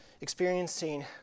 experiencing